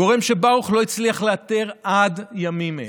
גורם שברוך לא הצליח לאתר עד ימים אלה.